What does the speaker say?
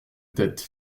tête